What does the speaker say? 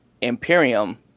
Imperium